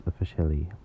officially